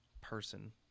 person